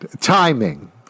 Timing